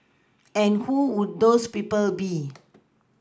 and who would those people be